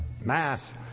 mass